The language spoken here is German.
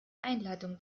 einladung